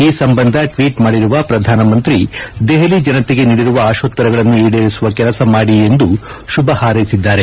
ಈ ಸಂಬಂಧ ಟ್ವೀಟ್ ಮಾಡಿರುವ ಪ್ರಧಾನಮಂತ್ರಿ ದೆಹಲಿ ಜನತೆಗೆ ನೀಡಿರುವ ಅಶೋತ್ತರಗಳನ್ನು ಈಡೇರಿಸುವ ಕೆಲಸ ಮಾಡಿ ಎಂದು ಶುಭ ಹಾರ್ಟೆಸಿದ್ದಾರೆ